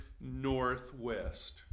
northwest